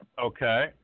Okay